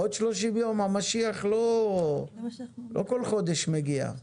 עוד 30 יום המשיח לא כל חודש מגיע.